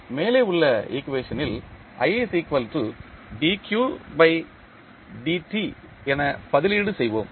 மேலே உள்ள ஈக்குவேஷனில் என பதிலீடு செய்வோம்